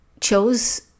chose